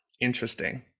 Interesting